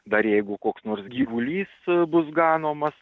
dar jeigu koks nors gyvulys bus ganomas